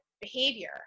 behavior